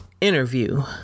Interview